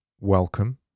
Welcome